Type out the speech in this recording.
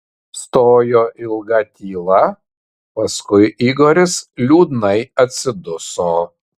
stojo ilga tyla paskui igoris liūdnai atsiduso